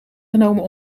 genomen